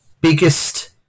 biggest